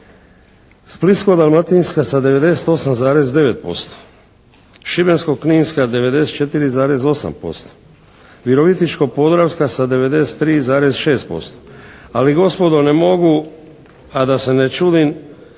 Splitsko-dalmatinska sa 98,9%, Šibensko-kninska 94,8%, Virovitičko-podravska sa 93,6%. Ali gospodo ne mogu a da se ne čudim